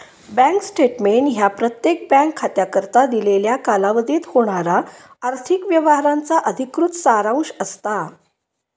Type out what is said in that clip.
bank statement ह्या प्रत्येक bank खात्याकरता दिलेल्या कालावधीत होणारा आर्थिक व्यवहारांचा अधिकृत सारांश असता